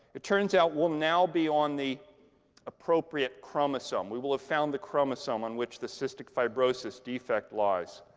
it turns out, we'll now be on the appropriate chromosome. we will have found the chromosome on which the cystic fibrosis defect lies.